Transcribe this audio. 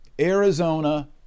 Arizona